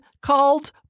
called